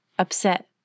Upset